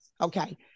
Okay